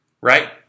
right